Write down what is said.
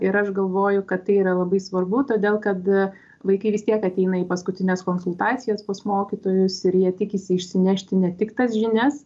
ir aš galvoju kad tai yra labai svarbu todėl kad vaikai vis tiek ateina į paskutines konsultacijas pas mokytojus ir jie tikisi išsinešti ne tik tas žinias